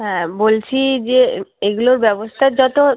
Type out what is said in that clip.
হ্যাঁ বলছি যে এগুলোর ব্যবস্থা যতো